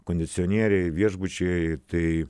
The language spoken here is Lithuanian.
kondicionieriai viešbučiai tai